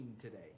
today